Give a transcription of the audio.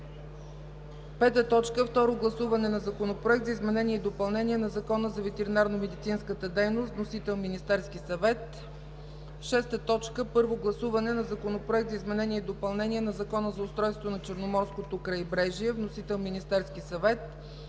представители. 5. Второ гласуване на Законопроект за изменение и допълнение на Закона за ветеринарномедицинската дейност. Вносител: Министерски съвет. 6. Първо гласуване на Законопроект за изменение и допълнение на Закона за устройството на Черноморското крайбрежие. Вносител – Министерският съвет.